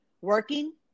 working